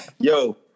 Yo